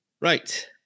Right